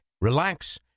relax